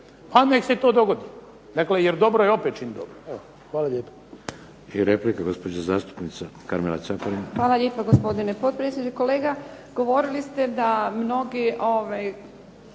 pa nek se to dogodi, jer dobro je opet činit dobro. Evo, hvala lijepo.